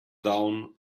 down